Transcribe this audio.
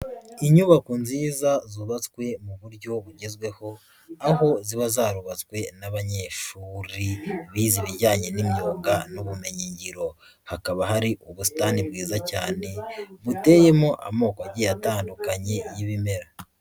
Inyubako nziza zubatswe mu buryo bugezweho, aho ziba zarubatswe n'abanyeshuri, bize ibijyanye n'imyuga n'ubumenyingiro. Hakaba hari ubusitani bwiza cyane, buteyemo amoko agiye atandukanye y'ibimera.